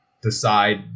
decide